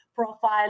profile